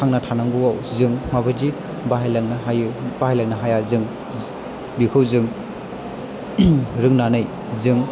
थांना थानांगौआव जों माबादि बाहायलांनो हायो बाहायलांनो हाया जों बेखौ जों रोंनानै जों